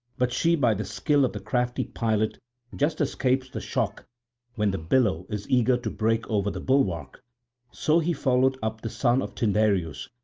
but she by the skill of the crafty pilot just escapes the shock when the billow is eager to break over the bulwark so he followed up the son of tyndareus,